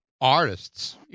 artists